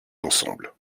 l’ensemble